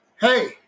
Hey